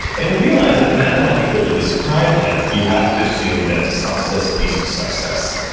and we realize that mathematical to describe that, you have to assume that success leads to success.